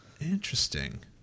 Interesting